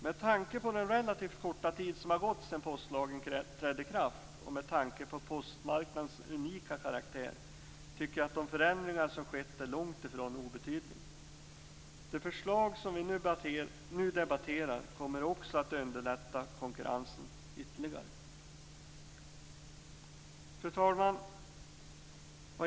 Med tanke på den relativt korta tid som har gått sedan postlagen trädde i kraft och med tanke på postmarknadens unika karaktär, tycker jag att de förändringar som har skett är långtifrån obetydliga. Det förslag som vi nu debatterar kommer också att underlätta konkurrensen ytterligare. Fru talman!